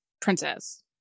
Princess